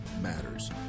matters